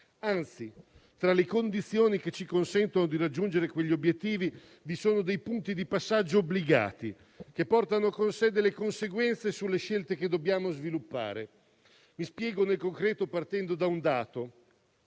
Anzi, tra le condizioni che ci consentono di raggiungere quegli obiettivi vi sono dei punti di passaggio obbligati, che portano con sé delle conseguenze sulle scelte che dobbiamo sviluppare. Mi spiego nel concreto, partendo da un dato: